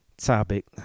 topic